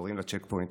קוראים לה צ'ק פוינט.